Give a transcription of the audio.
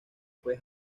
fue